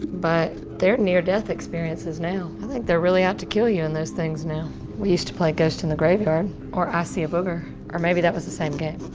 but they're near death experiences now. i think they're really out to kill you in those things now. we used to play ghost in the graveyard, or i see a booger. or maybe that was the same game.